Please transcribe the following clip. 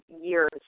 years